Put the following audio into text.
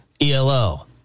ELO